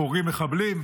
אנחנו הורגים מחבלים,